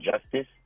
justice